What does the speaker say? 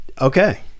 okay